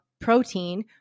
protein